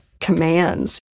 commands